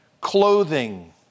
Clothing